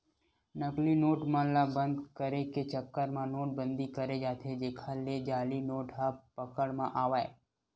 नकली नोट मन ल बंद करे के चक्कर म नोट बंदी करें जाथे जेखर ले जाली नोट ह पकड़ म आवय